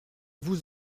vous